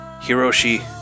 Hiroshi